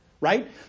right